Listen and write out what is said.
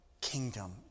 kingdom